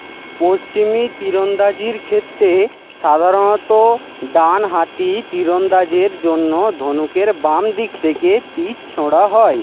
পশ্চিমী তীরন্দাজির ক্ষেত্রে সাধারণত ডান হাতি তীরন্দাজের জন্য ধনুকের বাম দিক থেকে তীর ছোঁড়া হয়